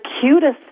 cutest